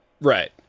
right